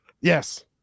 yes